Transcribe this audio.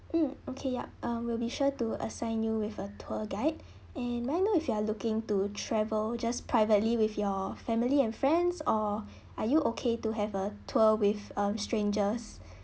mm okay yup um will be sure to assign you with a tour guide and may I know if you are looking to travel just privately with your family and friends or are you okay to have a tour with um strangers